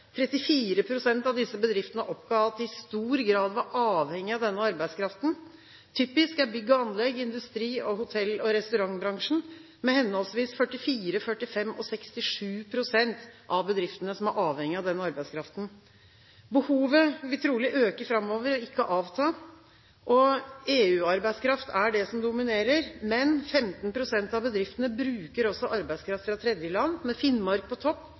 av disse bedriftene oppga at de i stor grad var avhengige av denne arbeidskraften. Typisk er bygg og anlegg, industri og hotell- og restaurantbransjen, der henholdsvis 44, 45 og 67 pst. av bedriftene er avhengige av denne arbeidskraften. Behovet vil trolig øke framover, og ikke avta. EU-arbeidskraft er det som dominerer, men 15 pst. av bedriftene bruker også arbeidskraft fra tredjeland, med Finnmark på topp,